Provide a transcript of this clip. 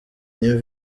new